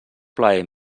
plaer